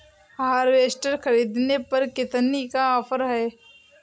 Harvester ख़रीदने पर कितनी का ऑफर है?